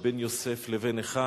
שבין יוסף לבין אחיו.